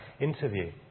interview